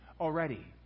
already